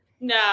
No